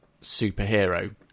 superhero